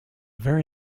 very